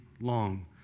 long